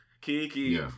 Kiki